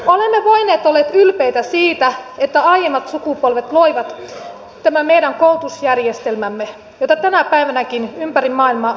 olemme voineet olla ylpeitä siitä että aiemmat sukupolvet loivat tämän meidän koulutusjärjestelmämme jota tänä päivänäkin ympäri maailmaa arvostetaan